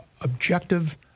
objective